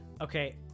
Okay